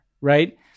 right